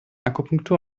akupunktur